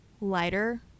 lighter